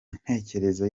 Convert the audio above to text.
ntekerezo